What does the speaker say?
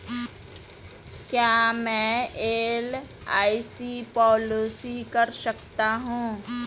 क्या मैं LIC policy कर सकता हूं?